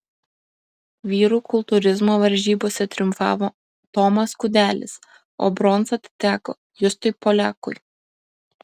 vyrų kultūrizmo varžybose triumfavo tomas kudelis o bronza atiteko justui poliakui